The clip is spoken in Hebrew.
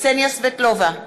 קסניה סבטלובה,